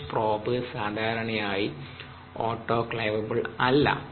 H probe സാധാരണയായി autoclavable അല്ല